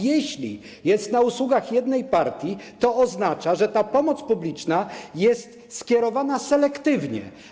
Jeśli jest na usługach jednej partii, to oznacza, że ta pomoc publiczna jest skierowana selektywnie.